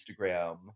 Instagram